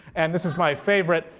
and this is my favorite.